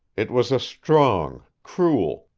it was a strong, cruel,